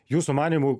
jūsų manymu